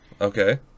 Okay